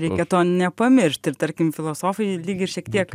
reikia to nepamiršt ir tarkim filosofai lyg ir šiek tiek